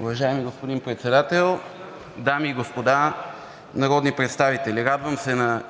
Уважаеми господин Председател, дами и господа народни представители! Радвам се на